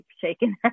shaking